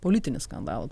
politinį skandalą